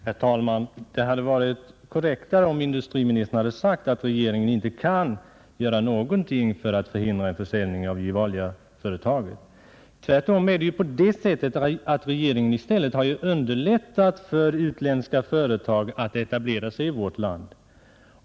Herr talman! Det hade varit korrektare, om industriministern hade sagt att regeringen inte kan göra någonting för att hindra en försäljning av Gevaliaföretaget. I själva verket har ju regeringen underlättat för utländska företag att etablera sig i vårt land.